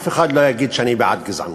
אף אחד לא יגיד שהוא בעד גזענות.